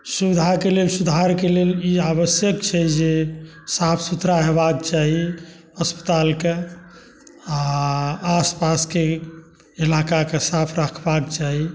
सुविधाके लेल सुधारके लेल ई आवश्यक छै जे साफ सुथरा हेबाक चाही अस्पतालके आओर आसपासके इलाकाके साफ रखबाके चाही